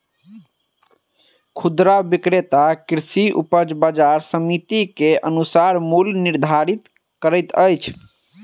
खुदरा विक्रेता कृषि उपज बजार समिति के अनुसार मूल्य निर्धारित करैत अछि